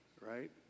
right